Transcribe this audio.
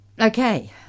Okay